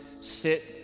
sit